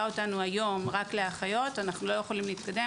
אותנו היום רק לאחיות אנו לא יכולים להתקדם